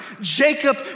Jacob